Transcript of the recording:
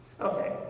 Okay